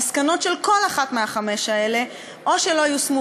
המסקנות של כל אחת מהחמש האלה או שלא יושמו